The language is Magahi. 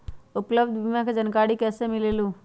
उपलब्ध बीमा के जानकारी कैसे मिलेलु?